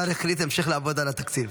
הוא החליט להמשיך לעבוד על התקציב.